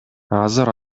азыр